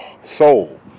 soul